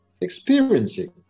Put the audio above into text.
experiencing